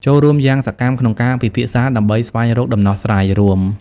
ចូលរួមយ៉ាងសកម្មក្នុងការពិភាក្សាដើម្បីស្វែងរកដំណោះស្រាយរួម។